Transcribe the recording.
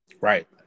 Right